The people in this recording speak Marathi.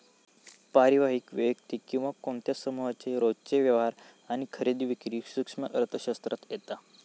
पारिवारिक, वैयक्तिक किंवा कोणत्या समुहाचे रोजचे व्यवहार आणि खरेदी विक्री सूक्ष्म अर्थशास्त्रात येता